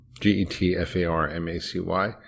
G-E-T-F-A-R-M-A-C-Y